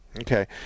Okay